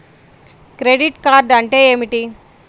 Credit card అంటే ఏమిటి?